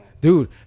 Dude